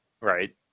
right